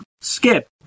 skip